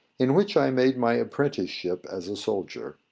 in which i made my apprenticeship as a soldier.